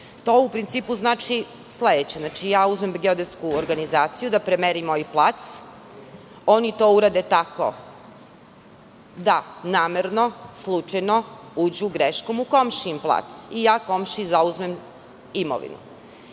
To u principu znači sledeće – uzmem geodetsku organizaciju da premeri moj plac, oni to urade tako da namerno, slučajno uđu greškom u komšijin plac i ja komšiji zauzmem imovinu.